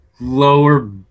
lower